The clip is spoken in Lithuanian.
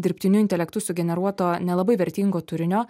dirbtiniu intelektu sugeneruoto nelabai vertingo turinio